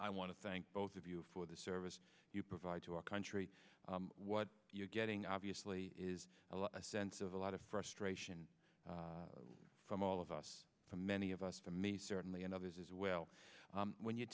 i want to thank both of you for the service you provide to our country what you're getting obviously is a lot a sense of a lot of frustration from all of us from many of us from me certainly and others as well when you